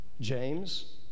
James